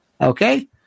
okay